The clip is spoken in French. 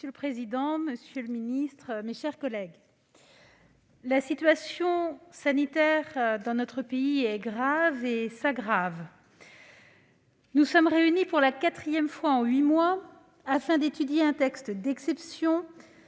Madame la présidente, monsieur le ministre, mes chers collègues, la situation sanitaire dans notre pays est grave et s'aggrave. Nous sommes réunis pour la quatrième fois en huit mois afin d'étudier un texte d'exception